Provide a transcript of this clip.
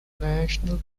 national